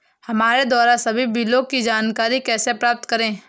हमारे द्वारा सभी बिलों की जानकारी कैसे प्राप्त करें?